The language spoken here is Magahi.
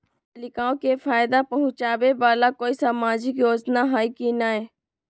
बालिकाओं के फ़ायदा पहुँचाबे वाला कोई सामाजिक योजना हइ की नय?